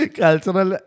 cultural